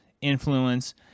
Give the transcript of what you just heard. influence